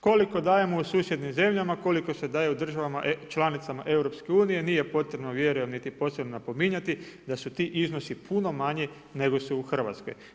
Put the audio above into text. Koliko dajemo u susjednim zemljama, koliko se daje u državama članicama EU, nije potrebno vjerujem niti posebno napominjati da su ti iznosi puno manji nego su u Hrvatskoj.